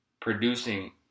producing